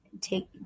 take